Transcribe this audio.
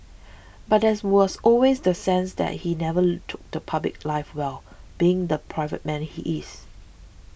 but there as was always the sense that he never took to public life well being the private man he is